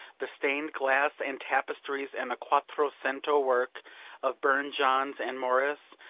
the stained glass and tapestries and the quattro-cento work of burne-jones and morris,